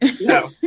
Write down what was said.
No